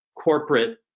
corporate